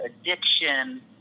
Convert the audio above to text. addiction